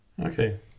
Okay